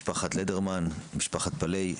משפחת לדרמן, משפחת פלאי,